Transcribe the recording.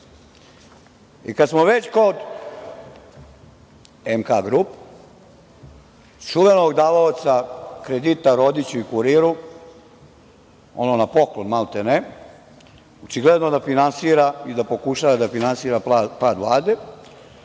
smo već kod “MK Group”, čuvenog davaoca kredita Rodiću i „Kuriru“, ono na poklon, maltene, očigledno da finansira i da pokušava da finansira pad Vlade,